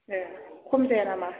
ए खम जाया नामा